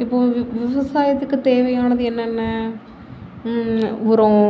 இப்போது ஒரு விவசாயத்துக்கு தேவையானது என்னென்ன உரம்